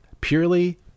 purely